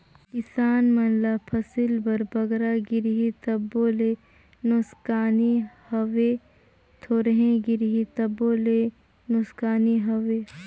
किसान मन ल फसिल बर बगरा गिरही तबो ले नोसकानी हवे, थोरहें गिरही तबो ले नोसकानी हवे